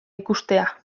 ikustea